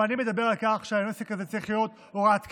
ואני מדבר על כך שהעסק הזה צריך להיות הוראת קבע,